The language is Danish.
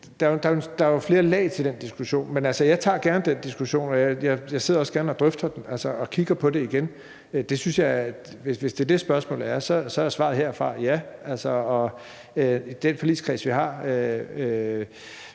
der er jo flere lag i den diskussion. Jeg tager gerne den diskussion, og jeg sidder også gerne og drøfter det og kigger på det igen. Hvis det er det, der er spørgsmålet, så er svaret herfra ja. I den forligskreds, vi har,